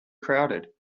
crowded